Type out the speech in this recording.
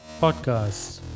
podcast